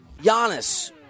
Giannis